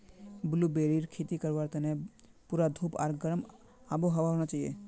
ब्लूबेरीर खेती करवार तने पूरा धूप आर गर्म आबोहवा होना चाहिए